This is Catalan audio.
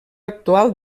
actual